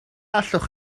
allwch